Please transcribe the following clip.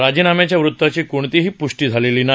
राजीनाम्याच्या वृताची कोणतीही पृष्टी झालेली नाही